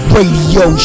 Radio